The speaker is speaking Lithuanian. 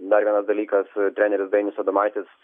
dar vienas dalykas treneris dainius adomaitis